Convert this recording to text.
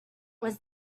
was